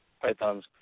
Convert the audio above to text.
pythons